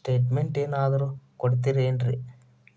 Statement ಏನಾದ್ರು ಕೊಡ್ತೇರೆನ್ರಿ?